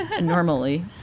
normally